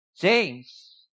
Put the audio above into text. James